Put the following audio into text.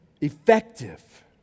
effective